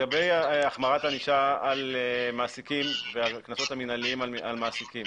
לגבי החמרת ענישה על מעסיקים והקנסות המינהליים על מעסיקים.